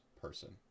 person